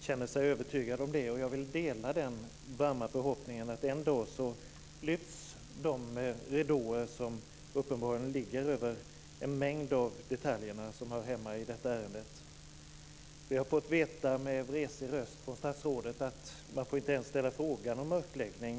känner sig övertygad om det. Jag delar den varma förhoppningen, att en dag lyfts de ridåer som uppenbarligen ligger över en mängd av detaljerna som hör hemma i detta ärende. Vi har fått veta från statsrådet med vresig röst att man inte ens få ställa frågan om mörkläggning.